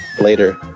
later